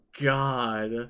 god